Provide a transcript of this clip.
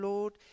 Lord